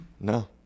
No